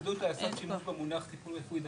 אין התנגדות לעשות שימוש במונח טיפול רפואי דחוף,